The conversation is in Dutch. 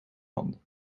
handen